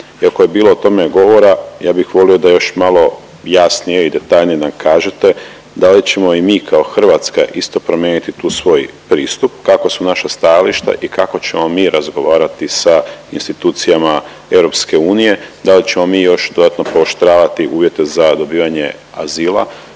Iako je bilo o tome govora ja bih volio da još malo jasnije i detaljnije nam kažete da li ćemo i mi kao Hrvatska isto promijeniti tu svoj pristup, kakva su naša stajališta i kako ćemo mi razgovarati sa institucijama EU? Da li ćemo mi još dodatno pooštravati uvjete za dobivanje azila?